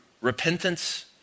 repentance